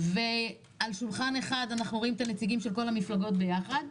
ועל שולחן אחד אנחנו רואים את הנציגים של כל המפלגות ביחד,